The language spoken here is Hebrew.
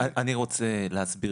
אני רוצה להסביר.